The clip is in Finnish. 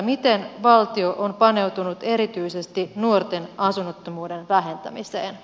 miten valtio on paneutunut erityisesti nuorten asunnottomuuden vähentämiseen